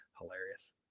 hilarious